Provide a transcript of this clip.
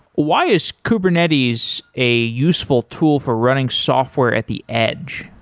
why is kubernetes a useful tool for running software at the edge?